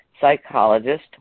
psychologist